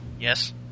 Yes